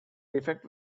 defect